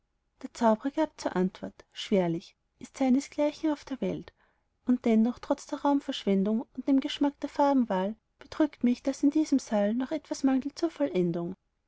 der zaubrer gab zur antwort schwerlich ist seinesgleichen auf der welt und dennoch trotz der raumverschwendung und dem geschmack der farbenwahl bedrückt mich daß in diesem saal noch etwas mangelt zur vollendung